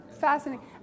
Fascinating